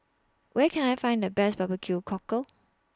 Where Can I Find The Best Barbecue Cockle